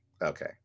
Okay